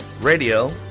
Radio